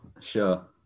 Sure